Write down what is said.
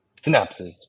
Synapses